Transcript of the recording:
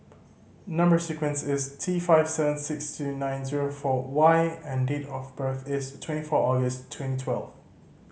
number sequence is T five seven six two nine zero four Y and date of birth is twenty four August twenty twelve